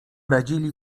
radzili